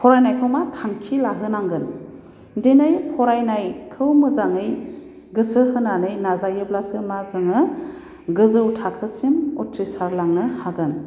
फरायनायखौ मा थांखि लाहोनांगोन दिनै फरायनायखौ मोजाङै गोसो होनानै नाजायोब्लासो मा जोङो गोजौ थाखोसिम उथ्रिसारलांनो हागोन